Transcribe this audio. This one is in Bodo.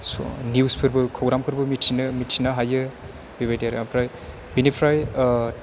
निउसफोरबो खौरांफोरबो मिथिनो मिथिनो हायो बेबायदि आरो ओमफ्राय बिनिफ्राय